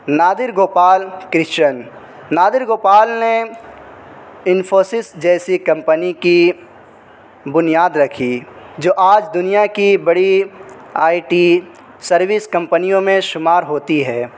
نادر Gopal Christian Nadar Gopal نے انفوسس جیسی company کی بنیاد رکھی جو آج دنیا کی بڑی آئی ٹی سروس کمپنیوں میں شمار ہوتی ہے